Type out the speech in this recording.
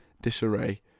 disarray